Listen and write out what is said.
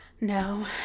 No